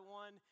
one